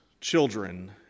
children